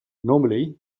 normally